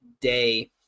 day